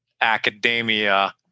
academia